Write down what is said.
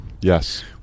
yes